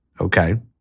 Okay